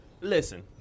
Listen